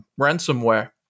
ransomware